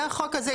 זה החוק הזה.